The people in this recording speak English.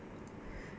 mm